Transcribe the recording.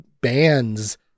bands